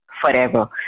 forever